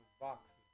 boxes